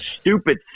stupid